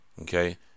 Okay